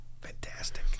fantastic